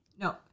No